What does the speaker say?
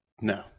No